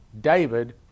David